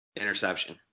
interception